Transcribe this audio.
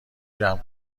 جمع